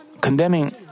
condemning